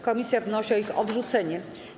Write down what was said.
Komisja wnosi o ich odrzucenie.